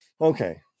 Okay